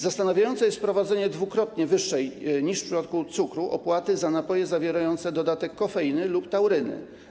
Zastanawiające jest wprowadzenie dwukrotnie wyższej niż w przypadku cukru opłaty za napoje zawierające dodatek kofeiny lub tauryny.